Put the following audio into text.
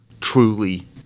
truly